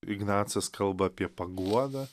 ignacas kalba apie paguodą